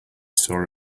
saw